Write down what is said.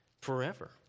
forever